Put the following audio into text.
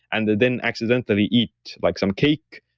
and then accidentally eat like some cake,